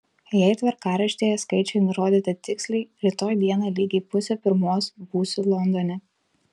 jei tvarkaraštyje skaičiai nurodyti tiksliai rytoj dieną lygiai pusę pirmos būsiu londone